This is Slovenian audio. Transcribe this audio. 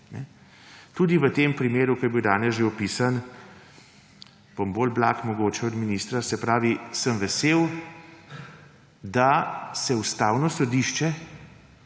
Tudi v tem primeru, ki je bil danes že opisan, bom bolj blag mogoče od ministra, se pravi, sem vesel, da se Ustavno sodišče